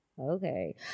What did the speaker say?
Okay